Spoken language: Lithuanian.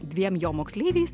dviem jo moksleiviais